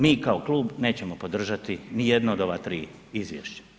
Mi kao klub neće podržati nijedno od ova tri izvješća.